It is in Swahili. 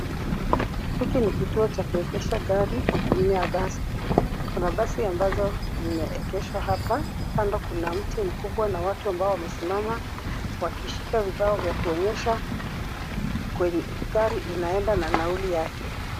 Hiki ni kituo cha kuegesha gari, aina ya basi. Kuna basi ambazo zimeegeshwa hapa, kando kuna mti mkubwa na watu ambao wamesimama wakishika vibao vya kuonyesha kwenye gari inaenda na nauli yake.